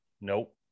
nope